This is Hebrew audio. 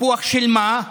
סיפוח של מה?